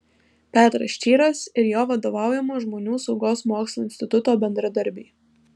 petras čyras ir jo vadovaujamo žmonių saugos mokslo instituto bendradarbiai